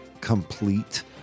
complete